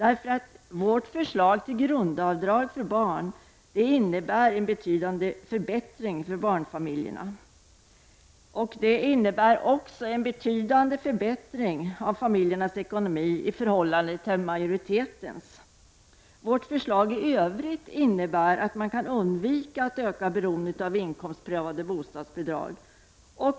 Vårt förslag till grundavdrag för barn innebär en betydande förbättring för barnfamiljerna. Det innebär en betydande förbättring av familjernas ekonomi i förhållandet till majoritetens förslag. Vårt förslag innebär i övrigt att man kan undvika att öka beroendet av inkomstprövade bostadsbidrag.